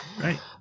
Right